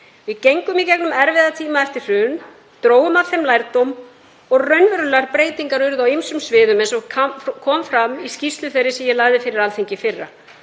Við gengum í gegnum erfiða tíma eftir hrun, drógum af þeim lærdóm og raunverulegar breytingar urðu á ýmsum sviðum, eins og kom fram í skýrslu þeirri sem ég lagði fyrir Alþingi í fyrra.